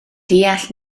deall